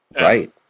Right